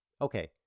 Okay